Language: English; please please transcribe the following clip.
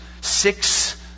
six